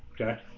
Okay